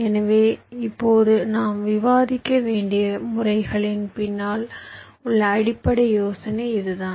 எனவே இப்போது நாம் விவாதிக்க வேண்டிய முறைகளின் பின்னால் உள்ள அடிப்படை யோசனை இதுதான்